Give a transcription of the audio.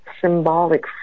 symbolic